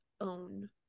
own